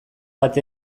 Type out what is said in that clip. bat